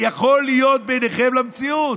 יכול להיות ביניכם למציאות?